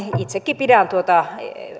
itsekin pidän tuota